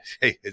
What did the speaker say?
Hey